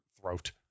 throat